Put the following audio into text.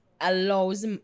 allows